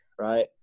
right